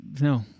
no